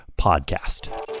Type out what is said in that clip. podcast